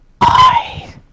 I-